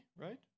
right